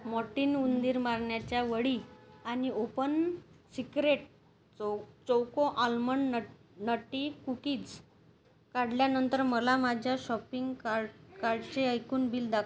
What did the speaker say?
Mortein उंदीर मारण्याची वडी आणि ओपन सिक्रेट चो choco almond nut nutty cookies काढल्यानंतर मला माझ्या शॉपिंग कार कार्टचे ऐकूण बिल दाखवा